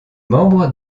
membre